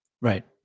Right